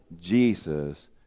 Jesus